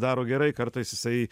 daro gerai kartais jisai